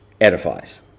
edifies